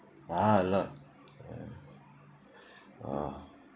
ah a lot yes ah